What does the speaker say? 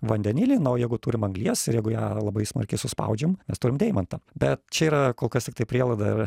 vandenilį na o jeigu turim anglies ir jeigu ją labai smarkiai suspaudžiam mes turim deimantą bet čia yra kol kas tiktai prielaida